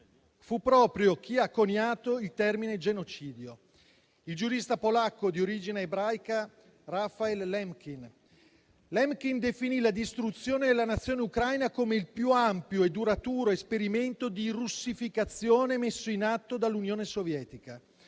fu proprio chi ha coniato il termine "genocidio": il giurista polacco di origine ebraica Raphael Lemkin, il quale definì la distruzione della Nazione ucraina come il più ampio e duraturo esperimento di russificazione messo in atto dall'Unione Sovietica,